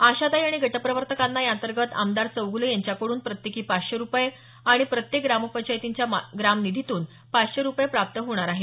आशाताई आणि गटप्रवर्तकांना या अंतर्गत आमदार चौगूले यांच्याकडून प्रत्येकी पाचशे रुपये आणि प्रत्येक ग्रामपंचायतींच्या ग्राम निधीतून पाचशे रुपये प्राप्त होणार आहेत